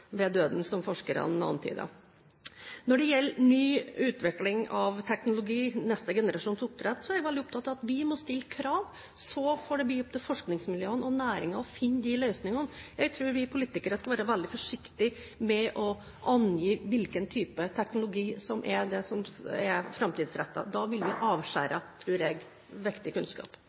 ved døden, slik forskerne antyder. Når det gjelder ny utvikling av teknologi, neste generasjons oppdrett, er jeg veldig opptatt av at vi må stille krav, så får det bli opp til forskningsmiljøene og næringen å finne løsningene. Jeg tror vi politikere skal være veldig forsiktige med å angi hvilken type teknologi som er framtidsrettet. Da tror jeg vi vil avskjære viktig kunnskap.